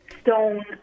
stone